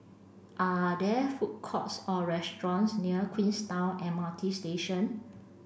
are there food courts or restaurants near Queenstown M R T Station